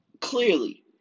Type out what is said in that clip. clearly